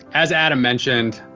as adam mentioned,